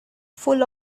full